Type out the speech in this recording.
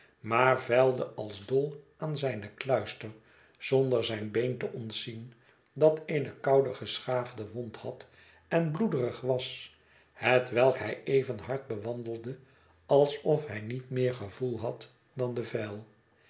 maar vijlde als dol aan zijne kluister zonder zijn been te ontzien dat eene oude geschaafde wond had en bloederig was hetwelk hij even hard behandelde alsof hij niet meer gevoel had dan de vijl